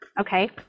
Okay